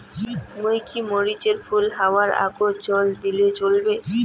মুই কি মরিচ এর ফুল হাওয়ার আগত জল দিলে চলবে?